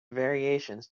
variations